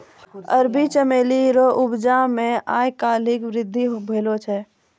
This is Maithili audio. अरबी चमेली रो उपजा मे आय काल्हि वृद्धि भेलो छै